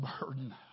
burden